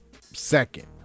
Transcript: second